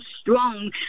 strong